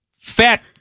fat